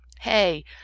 Hey